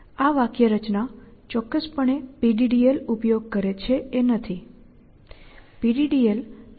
આ વાક્યરચના ચોક્કસપણે PDDL ઉપયોગ કરે છે એ નથી